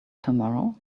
tomorrow